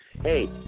Hey